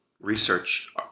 research